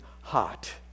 hot